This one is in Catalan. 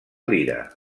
lira